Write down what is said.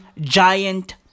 giant